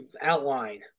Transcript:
outline